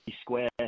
Square